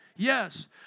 Yes